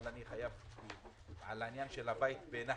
אני חייב לשאול על עניין הבית בנחף.